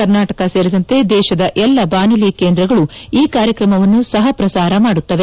ಕರ್ನಾಟಕ ಸೇರಿದಂತೆ ದೇಶದ ಎಲ್ಲಾ ಬಾನುಲಿ ಕೇಂದ್ರಗಳು ಈ ಕಾರ್ಯಕ್ರಮವನ್ನು ಸಹಪ್ರಸಾರ ಮಾಡುತ್ತವೆ